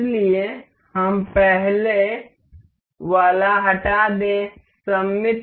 इसलिए हम पहले वाला हटा दें सममित मेट